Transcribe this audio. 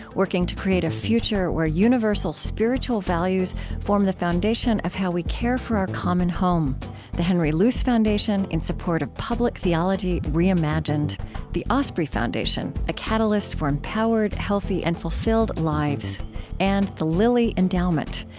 working to create a future where universal spiritual values form the foundation of how we care for our common home the henry luce foundation, in support of public theology reimagined the osprey foundation, a catalyst catalyst for empowered, healthy, and fulfilled lives and the lilly endowment,